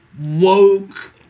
woke